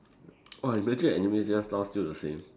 oh imagine anime just style still the same